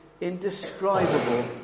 indescribable